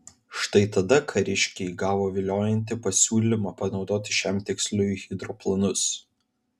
štai tada kariškiai gavo viliojantį pasiūlymą panaudoti šiam tikslui hidroplanus